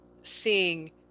seeing